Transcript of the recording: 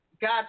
Got